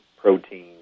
protein